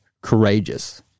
courageous